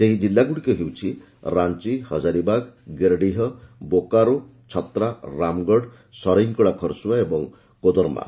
ସେହି କିଲ୍ଲାଗୁଡ଼ିକ ହେଉଛି ରାଞ୍ଚ ହଜାରିବାଗ୍ ଗିର୍ଡିହ୍ ବୋକାରୋ ଛତ୍ରା ରାମ୍ଗଡ୍ ସରେଇକଳା ଖରସୁଆଁ ଏବଂ କୋଦର୍ମା